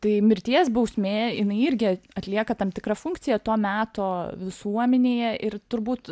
tai mirties bausmė jinai irgi atlieka tam tikrą funkciją to meto visuomenėje ir turbūt